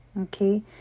okay